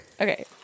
Okay